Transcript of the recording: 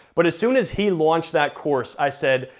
but as soon as he launched that course, i said,